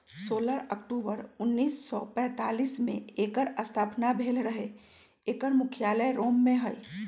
सोलह अक्टूबर उनइस सौ पैतालीस में एकर स्थापना भेल रहै एकर मुख्यालय रोम में हइ